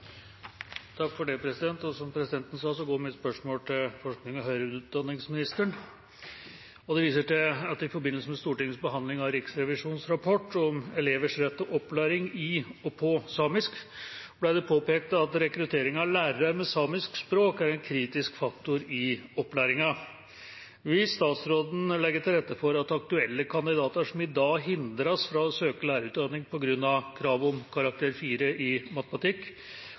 det påpekt at rekruttering av lærere med samisk språk er en kritisk faktor i opplæringen. Vil statsråden legge til rette for at aktuelle kandidater som i dag hindres fra å søke lærerutdanning på grunn av kravet om karakter 4 i matte, kan få unntak fra dette kravet?» Jeg vil begynne med